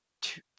two